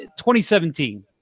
2017